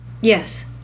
Yes